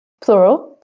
Plural